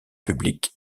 public